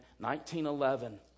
1911